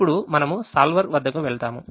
ఇప్పుడు మనము solver వద్దకు వెళ్దాము